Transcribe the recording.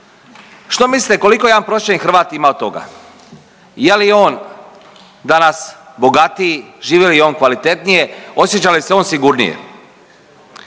Što mislite koliko jedan prosječni Hrvat ima od toga? Je li on danas bogatiji? Živi li on kvalitetnije? Osjeća li se on sigurnije?